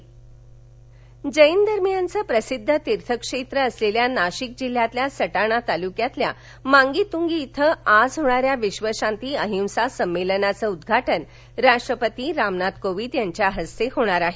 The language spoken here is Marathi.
राष्ट्रपती नाशिक जैन धर्मियांचे प्रसिद्ध तीर्यक्षेत्र असलेल्या नाशिक जिल्ह्यातील सटाणा तालुक्यातील मांगीतुंगी इथं आज होणाऱ्या विश्वशांती अहिंसा संमेलनाचं उद्घाटन राष्ट्रपती रामनाथ कोविंद यांच्या हस्ते होणार आहे